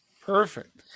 Perfect